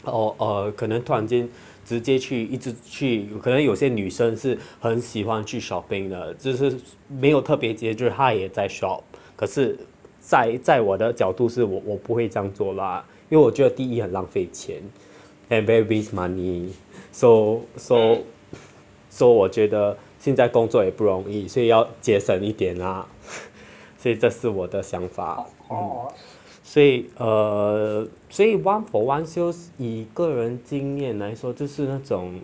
oh err 可能突然间直接去一直去有可能有些女生是很喜欢去 shopping 的这是没有特别节日她也在 shop 可是在在我的角度是我我不会这样做拉因为第一很浪费钱 then very waste money so so so 我觉得现在工作也不容易所以要节省一点啊所以这是我的想法所以 err 所以 one for one sales 以个人经验来说这是那种